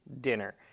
dinner